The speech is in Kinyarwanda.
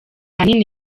hanini